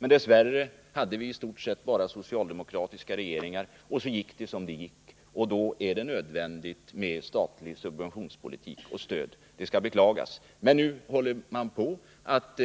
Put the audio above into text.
Men dess värre hade vi i stort sett bara socialdemokratiska regeringar, och så gick det som det gick, och då är det nödvändigt med statlig subventionspolitik och stöd. Det skall beklagas, men nu håller man på att